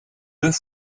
deux